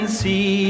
see